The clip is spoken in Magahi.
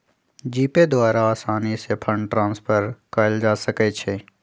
जीपे द्वारा असानी से फंड ट्रांसफर कयल जा सकइ छइ